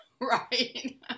Right